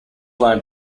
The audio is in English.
line